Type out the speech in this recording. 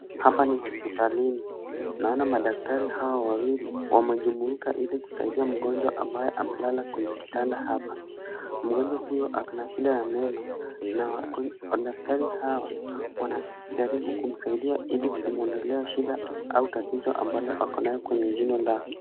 Hapa ni hospitalini. Naona madaktari hawa wawili wamejumuika ili kusaidia mgonjwa ambaye amelala kwenye kitanda hapa. Mgonjwa huyo ako na shida ya meno na madaktari hawa wanajaribu kumsaidia ili kumwondolea shida au tatizo ambalo ako nayo kwenye jino lake.